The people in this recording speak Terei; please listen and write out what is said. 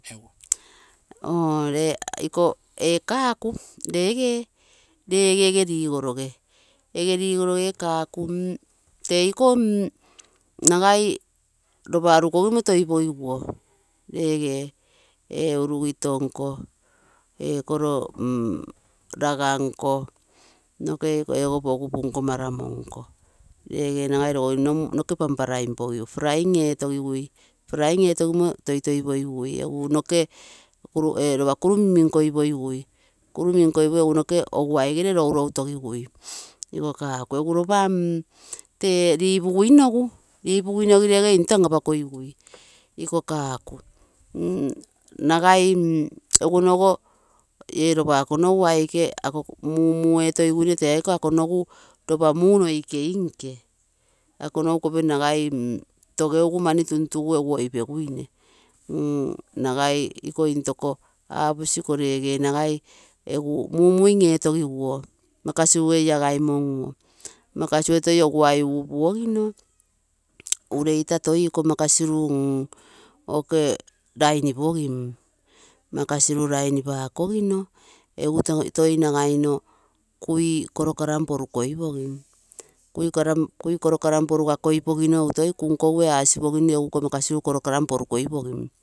Oo ee kaakuu reegee, reege egee rigoroge, ege rigoroge, ee kaaku teiko nagai ropa arukogimo toipogi guo, reege, ee urugito nko, ee koro raga nko, ego, pogupu nko, maramo nko, nagai rogogimo noke frying etogigui, egu noke ropa kuru min, min koipogigui, noke oguai gere rouroutogugui, egu roba tee ripuguinogu, reege into an, apakogigui iko kaku, mm nagai, ee ropa ako nogu aike mumu etogiguine tee aike akonogu ropa muu noikei nke, ako nogu kopiro nagai, togeugu mani tuntugu oipeguine, mm, nagai ikko intoko aposi, iko reegee nagai egu mumuim etogiguo makisinu ee lagaimonguo, makasirue toi oguai upuogino, ureita toi iko makasiru mm lainipogim, makasiru lainipakogino egu toi nagaino kui koro karami poru koipogim, kui koro karami porukoipogino egu toi kunkou ee asipogino, egu iko makasiru koro karami poru koipogom.